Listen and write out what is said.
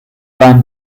ein